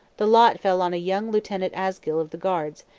the lot fell on a young lieutenant asgill of the guards,